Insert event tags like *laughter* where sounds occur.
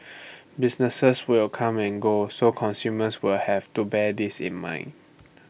*noise* businesses will come and go so consumers will have to bear this in mind